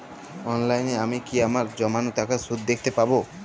অনলাইনে আমি কি আমার জমানো টাকার সুদ দেখতে পবো?